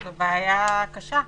זו בעיה קשה.